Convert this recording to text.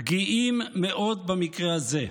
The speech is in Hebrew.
פגיעים מאוד, במקרה הזה.